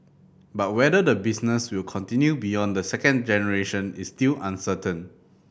but whether the business will continue beyond the second generation is still uncertain